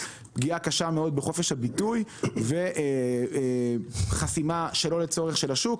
פגיעה קשה מאוד בחופש הביטוי וחסימה שלא לצורך של השוק.